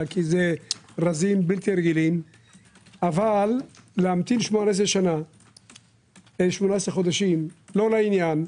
כי הם רזים בלתי רגילים אבל להמתין 18 חודשים לא לעניין.